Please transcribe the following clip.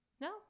No